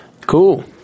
Cool